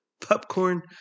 popcorn